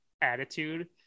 attitude